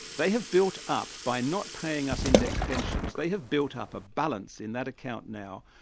they have built up, by not paying us indexed pensions, they have built up a balance in that account now,